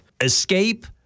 escape